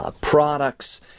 Products